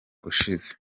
ushize